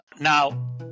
Now